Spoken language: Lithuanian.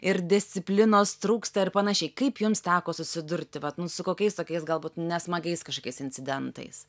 ir disciplinos trūksta ir panašiai kaip jums teko susidurti vat nu su kokiais tokiais galbūt nesmagiais kažkas incidentais